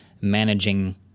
managing